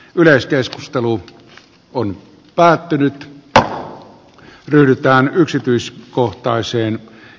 yleiskeskustelu on päättynyt ryhdytään yksityiskohtaiseen